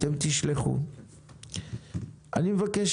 אני מבקש